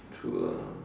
true lah